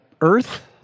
Earth